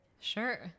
Sure